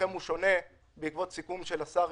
הוא יכול לבוא ולמשוך את זה.